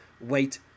Wait